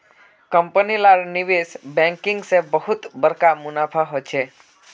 company लार निवेश banking से बहुत बड़का मुनाफा होचे